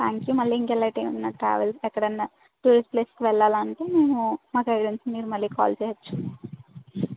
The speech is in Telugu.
థాంక్యూ మళ్ళీ ఇలాంటివి ట్రావెల్స్ ఎక్కడన్నా టూర్ ప్లేసులకు వెళ్లాలి అంటే మా గైడెన్స్కి మళ్ళీ కాల్ చేయవచ్చు